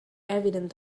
evident